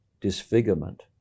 Disfigurement